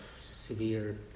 severe